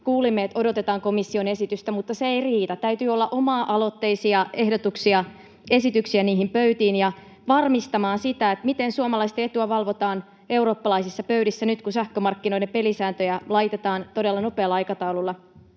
kuulimme, että odotetaan komission esitystä. Mutta se ei riitä: täytyy olla oma-aloitteisia ehdotuksia, esityksiä niihin pöytiin varmistamaan sitä, miten suomalaisten etua valvotaan eurooppalaisissa pöydissä nyt, kun sähkömarkkinoiden pelisääntöjä laitetaan todella nopealla aikataululla